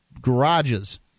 garages